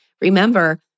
Remember